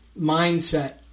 mindset